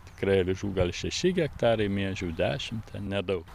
tikrai avižų gal šeši hektarai miežių dešimt ten nedaug